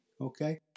okay